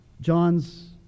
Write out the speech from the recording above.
John's